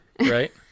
right